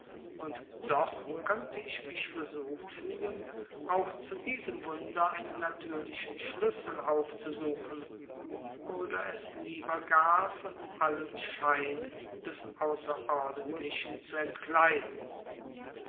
und doch könnte ich mich versucht fühlen auch zu diesem wunder einen natürlichen schlüssel aufzusuchen oder es lieber gar von allem schein des außerordentlichen zu entkleiden